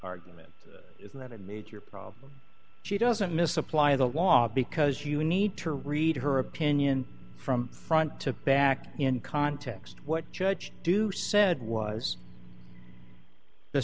argument is that a major problem she doesn't miss apply the law because you need to read her opinion from front to back in context what judge do said was the